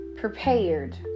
prepared